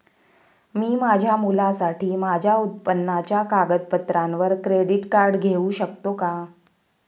मी माझ्या मुलासाठी माझ्या उत्पन्नाच्या कागदपत्रांवर क्रेडिट कार्ड घेऊ शकतो का?